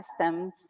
customs